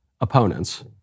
opponents